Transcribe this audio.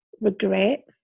regret